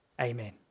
Amen